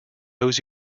owes